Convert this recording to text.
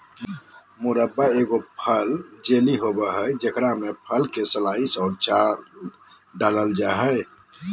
मुरब्बा एगो फल जेली होबय हइ जेकरा में फल के स्लाइस और छाल डालय हइ